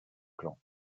clan